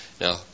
Now